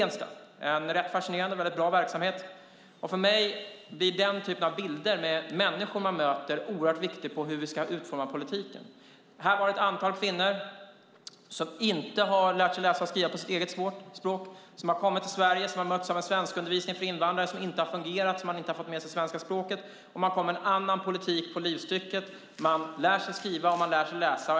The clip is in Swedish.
Det är en rätt fascinerande och väldigt bra verksamhet. För mig blir denna typ av bilder med människor man möter oerhört viktig för hur vi ska utforma politiken. Här var det ett antal kvinnor som inte har lärt sig att läsa och skriva på sitt eget språk. De har kommit till Sverige och mötts av en svenskundervisning för invandrare som inte har fungerat, så de har inte fått med sig det svenska språket. På Livstycket kom man med en annan politik: De lär sig skriva, och de lär sig läsa.